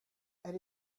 elle